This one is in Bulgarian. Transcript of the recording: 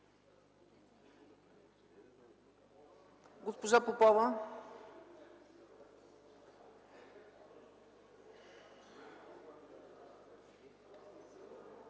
Госпожа Попова.